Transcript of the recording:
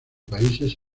países